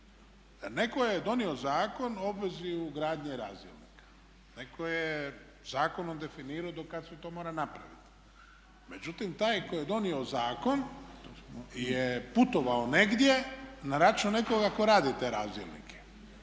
netko je donio Zakon o obvezi ugradnje razdjelnika, netko je zakonom definirao do kad se to mora napraviti. Međutim, taj tko je donio zakon je putovao negdje na račun nekoga tko radi te razdjelnike